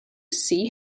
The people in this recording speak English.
see